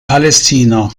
palästina